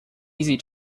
easy